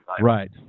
Right